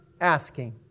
asking